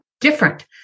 different